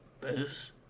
booze